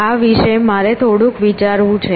આ વિશે મારે થોડુંક વિચારવું છે